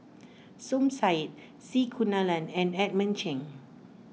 Som Said C Kunalan and Edmund Cheng